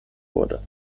wurde